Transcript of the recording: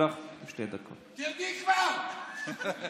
תיתני גב לאומה לפחות.